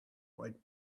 white